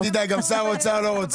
אל תדאג, גם שר אוצר לא רוצה.